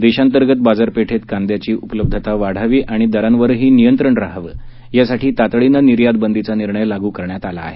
देशांतर्गत बाजारपेठेत कांद्याची उपलब्धता वाढावी आणि दरांवरही नियंत्रण रहावं यासाठी तातडीनं निर्यातबंदीचा निर्णय लागू करण्यात आला आहे